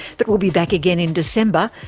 but we'll be back again in december,